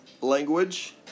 language